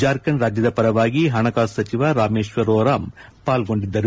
ಜಾರ್ಖಂಡ್ ರಾಜ್ಯದ ಪರವಾಗಿ ಪಣಕಾಸು ಸಚಿವ ರಾಮೇಶ್ವರ್ ಓರಾಮ್ ಪಾಲ್ಗೊಂಡಿದ್ದರು